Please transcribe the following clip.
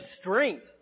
strength